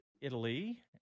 Italy